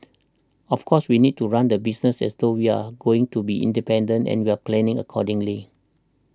of course we need to run the business as though we're going to be independent and we're planning accordingly